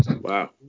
Wow